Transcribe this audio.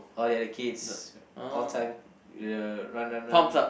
all the other kids all time will run run run